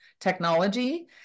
technology